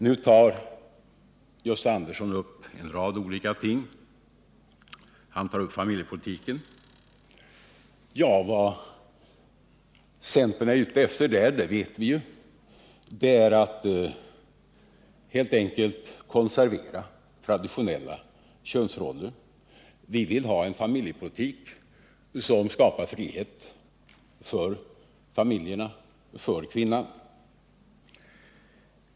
Nu tar Gösta Andersson upp en rad olika ting, bl.a. familjepolitiken. Men vad centern är ute efter vet vi ju: helt enkelt att konservera traditionella könsroller. Vi vill ha en familjepolitik som skapar trygghet för barnen och frihet för familjerna och för kvinnan.